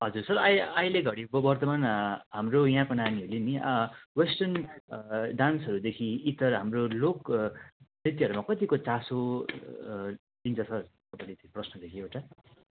हजुर सर अहि अहिले घरीको वर्तमान हाम्रो यहाँको नानीहरूले नि वेस्टर्न डान्सहरूदेखि इतर हाम्रो लोक नृत्यहरूमा कतिको चासो दिन्छ सर प्रश्न थियो कि एउटा